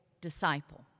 disciple